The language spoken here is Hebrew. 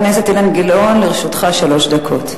לרשותך שלוש דקות.